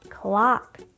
clock